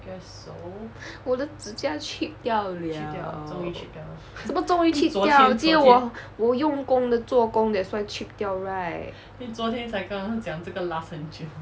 我的趾甲 chip 掉 liao 什么终于 chip 掉今天我我用工的做工 that's why chip 掉 right